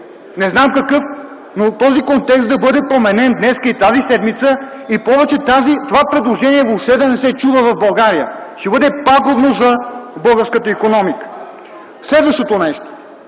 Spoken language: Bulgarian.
Не знам какъв, но този контекст да бъде променен днес и тази седмица и повече това предложение въобще да не се чува в България. Ще бъде пагубно за българската икономика. Следващото нещо.